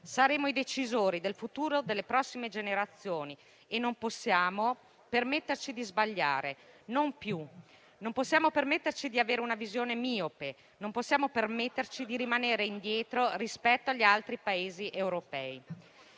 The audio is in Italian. Saremo i decisori del futuro delle prossime generazioni e non possiamo permetterci di sbagliare, non più. Non possiamo permetterci di avere una visione miope; non possiamo permetterci di rimanere indietro rispetto agli altri Paesi europei.